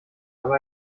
aber